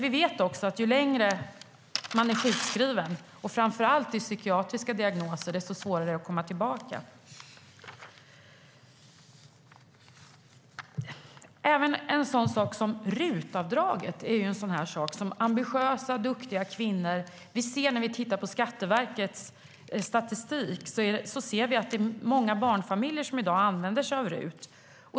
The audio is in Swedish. Vi vet att ju längre man är sjukskriven, framför allt i psykiatriska diagnoser, desto svårare är det att komma tillbaka. Även en sådan sak som RUT-avdraget betyder mycket för ambitiösa, duktiga kvinnor. När vi tittar på Skatteverkets statistik ser vi att det är många barnfamiljer som i dag använder RUT.